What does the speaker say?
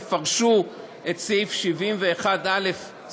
תפרשו את סעיף 71א(א),